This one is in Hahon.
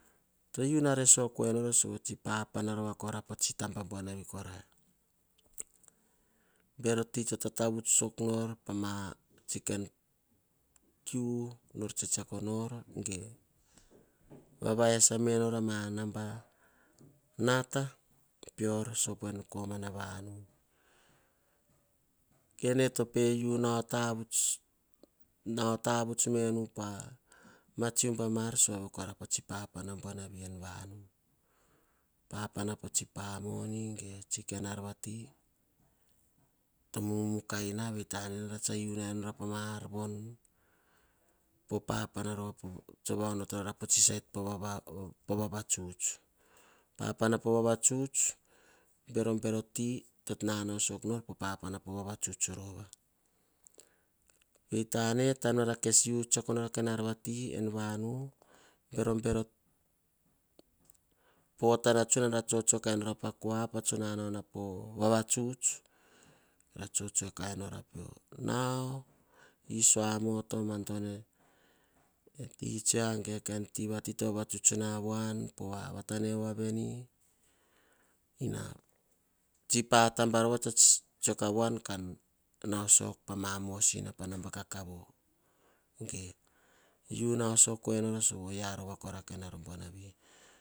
Tsi vasisio vane. nene vasisio nu nene kes no vaonu ane toktok pakai ar buanavi poh ma bero ti. Nabana to vopvore tsuk nor papana bero ti